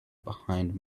behind